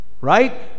right